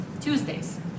Tuesdays